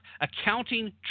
accounting